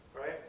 right